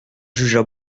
jugea